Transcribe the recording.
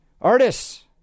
artists